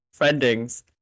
friendings